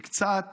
/ זה קצת